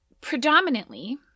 Predominantly